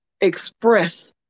express